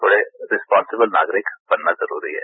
थोड़ा रिसपोन्सिबल नागरिक बनना जरूरी है